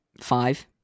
Five